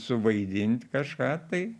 suvaidint kažką tai